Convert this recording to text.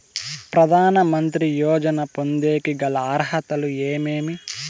ప్రధాన మంత్రి యోజన పొందేకి గల అర్హతలు ఏమేమి?